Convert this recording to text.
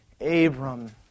Abram